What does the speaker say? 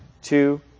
two